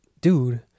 dude